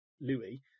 louis